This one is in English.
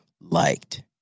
liked